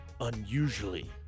unusually